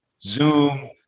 Zoom